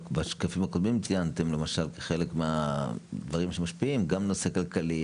בשקפים הקודמים ציינתם למשל כחלק מהדברים שמשפיעים גם את הנושא הכלכלי.